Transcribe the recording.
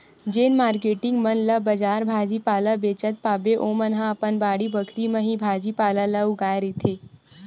जेन मारकेटिंग मन ला बजार भाजी पाला बेंचत पाबे ओमन ह अपन बाड़ी बखरी म ही भाजी पाला ल उगाए रहिथे